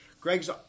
Greg's